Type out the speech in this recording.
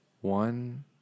one